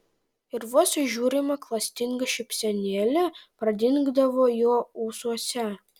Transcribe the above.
ir vos įžiūrima klastinga šypsenėlė pradingdavo jo ūsuose